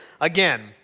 again